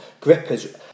Grippers